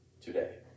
today